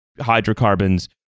hydrocarbons